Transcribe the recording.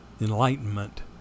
enlightenment